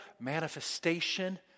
manifestation